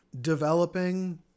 developing